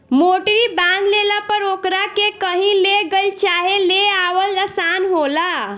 मोटरी बांध लेला पर ओकरा के कही ले गईल चाहे ले आवल आसान होला